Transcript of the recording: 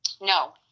No